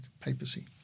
papacy